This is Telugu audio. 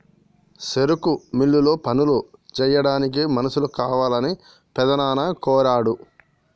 సెరుకు మిల్లులో పనులు సెయ్యాడానికి మనుషులు కావాలని పెద్దనాన్న కోరాడు